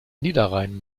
niederrhein